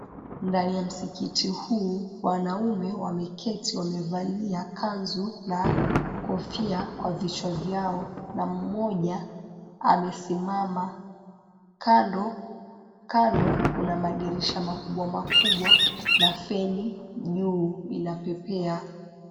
Ndani ya msikiti huu wanaume wameketi wamevalia kanzu na kofia kwa vichwa vyao na mmoja amesimama kando. Kando kuna madirisha makubwa makubwa na feni juu inapepea.